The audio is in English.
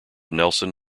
nelson